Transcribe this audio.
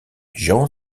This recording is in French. jean